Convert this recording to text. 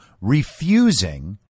refusing